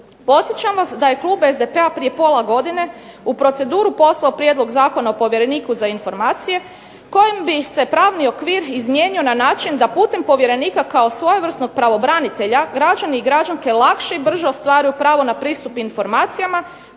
Podsjećam vas da je klub SDP-a prije pola godine u proceduru poslao Prijedlog zakona o povjereniku za informacije kojim bi se pravni okvir izmijenio na način da putem povjerenika kao svojevrsnog pravobranitelja građani i građanke lakše i brže ostvaruju pravo na pristup informacijama